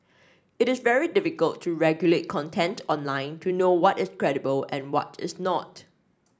it is very difficult to regulate content online to know what is credible and what is not